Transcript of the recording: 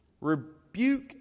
Rebuke